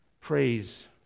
Praise